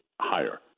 higher